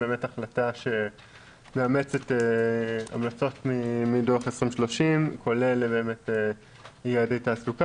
באמת החלטה שמאמצת את המלצות מדו"ח 2030 כולל יעדי תעסוקה